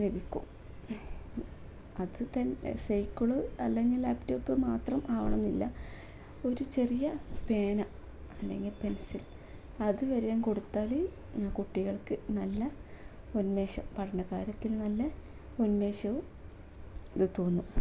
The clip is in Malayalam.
ലഭിക്കും അതു തന്നെ സൈക്കിൾ അല്ലെങ്കിൽ ലാപ്ടോപ്പ് മാത്രം ആകണമെന്നില്ല ഒരു ചെറിയ പേന അല്ലെങ്കിൽ പെൻസിൽ അതു വരെയും കൊടുത്താൽ കുട്ടികൾക്കു നല്ല ഉന്മേഷം പഠനകാര്യത്തിൽ നല്ല ഉന്മേഷവും ഇതു തോന്നും